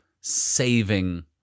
saving